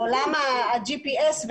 לעולם ה-GPS,